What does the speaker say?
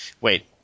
Wait